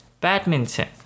...badminton